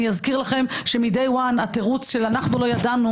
אני אזכיר לכם שמדי One התירוץ של "אנחנו לא ידענו